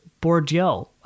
Bordeaux